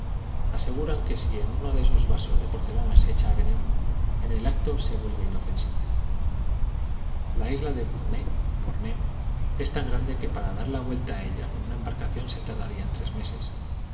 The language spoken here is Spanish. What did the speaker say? aseguran que si en uno de estos vasos de porcelana se echa veneno en el acto se vuelve inofensivo la isla de burné borneo es tan grande que para dar la vuelta a ella con una embarcación se tardarían tres meses